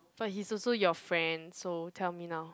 but he's also your friend so tell me now